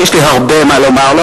שיש לי הרבה מה לומר לו,